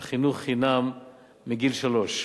על חינוך חינם מגיל שלוש.